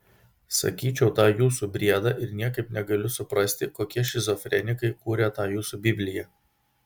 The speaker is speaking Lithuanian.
sakyčiau tą jūsų briedą ir niekaip negaliu suprasti kokie šizofrenikai kūrė tą jūsų bibliją